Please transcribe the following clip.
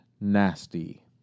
nasty